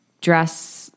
dress